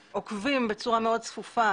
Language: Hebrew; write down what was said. עוקבים אחריהם בצורה מאוד צפופה,